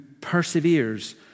perseveres